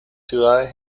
ciudades